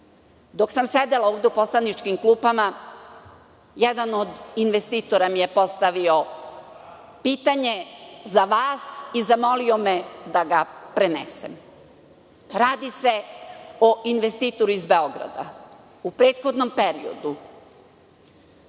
Dok sam sedela ovde u poslaničkim klupama jedan od investitora mi je postavio pitanje za vas i zamolio me da ga prenesem. Radi se o investitoru iz Beograda. U prethodnom periodu